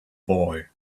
boy